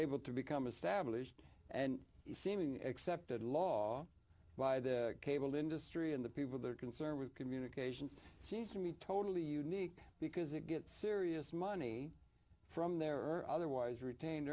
able to become established and seeming accepted law by the cable industry and the people there concerned with communications seems to me totally unique because it gets serious money from there or otherwise retained